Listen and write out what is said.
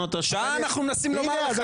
שעה אנחנו מנסים לומר לך את זה.